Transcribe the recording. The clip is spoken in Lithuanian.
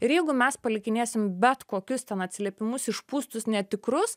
ir jeigu mes palikinėsim bet kokius ten atsiliepimus išpūstus netikrus